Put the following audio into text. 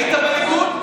היית בליכוד?